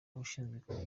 ushinzwe